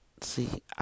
See